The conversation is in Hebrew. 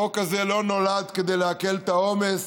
החוק הזה לא נולד כדי להקל את העומס